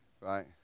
right